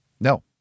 No